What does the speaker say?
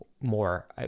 more